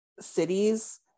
cities